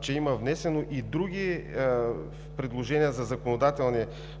че има внесени и други предложения за законодателни